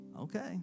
Okay